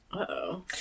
Uh-oh